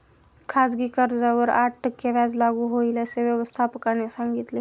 खाजगी कर्जावर आठ टक्के व्याज लागू होईल, असे व्यवस्थापकाने सांगितले